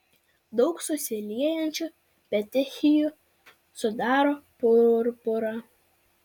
daug susiliejančių petechijų sudaro purpurą